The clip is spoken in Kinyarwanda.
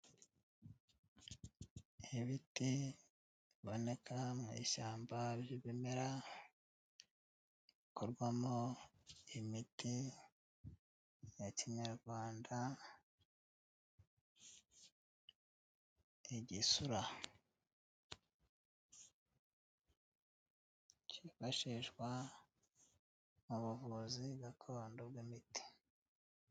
Ibiti biboneka mu ishyamba by'ibimera, ikorwamo imiti ya Kinyarwanda igisura, cyifashishwa mu buvuzi gakondo bw'imiti.